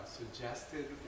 suggested